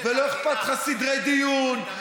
ולא אכפת לך סדרי דיון,